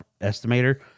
estimator